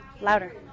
louder